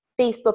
Facebook